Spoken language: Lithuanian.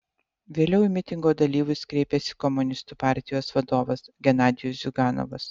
vėliau į mitingo dalyvius kreipėsi komunistų partijos vadovas genadijus ziuganovas